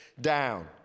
down